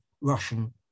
Russian